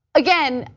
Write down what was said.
again,